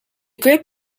grid